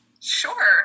Sure